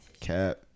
Cap